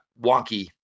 wonky